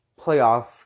playoff